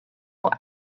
will